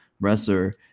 wrestler